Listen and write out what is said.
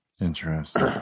Interesting